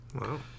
Wow